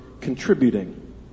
contributing